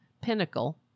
pinnacle